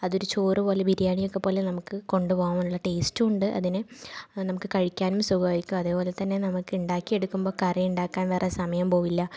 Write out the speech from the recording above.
അതൊരു ചോറ് പോലെ ബിരിയാണിയൊക്കെ പോലെ നമുക്ക് കൊണ്ട് പോകാനുള്ള ടേസ്റ്റും ഉണ്ട് അതിന് നമുക്ക് കഴിക്കാനും സുഖമായിരിക്കും അതേപോലെ തന്നെ നമുക്ക് ഉണ്ടാക്കിയെടുക്കുമ്പോൾ കറി ഉണ്ടാക്കാന് വേറെ സമയം പോകില്ല